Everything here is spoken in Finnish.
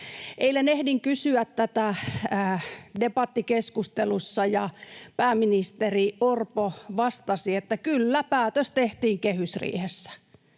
Eilen ehdin kysyä tätä debattikeskustelussa, ja pääministeri Orpo vastasi, että kyllä, päätös tehtiin kehysriihessä.